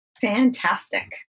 fantastic